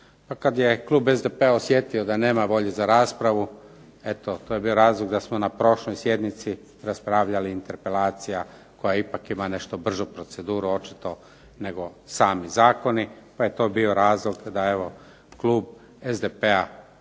kada je klub SDP-a osjetio da nema volje za raspravu, eto to je bio razlog da smo na prošloj sjednici raspravljali interpelacija koja ipak ima nešto bržu proceduru očito nego sam zakon, pa je to bio razlog da je klub SDP-a